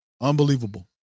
Unbelievable